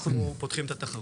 אנחנו פותחים את התחרות.